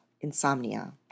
insomnia